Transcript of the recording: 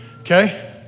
Okay